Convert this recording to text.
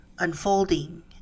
Unfolding